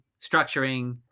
structuring